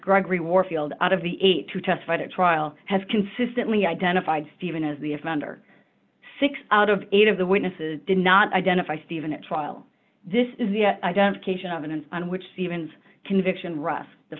gregory warfield out of the eight to testify to trial has consistently identified stephen as the offender six out of eight of the witnesses did not identify stephen at trial this is the identification of an on which stevens conviction rusk the